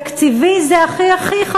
"תקציבי זה הכי אחי",